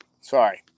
Sorry